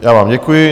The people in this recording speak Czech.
Já vám děkuji.